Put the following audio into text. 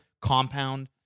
compound